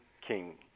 king